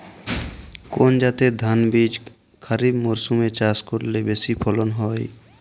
কোন জাতের ধানবীজ খরিপ মরসুম এ চাষ করলে বেশি ফলন হয়?